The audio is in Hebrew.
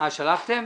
שלחתם?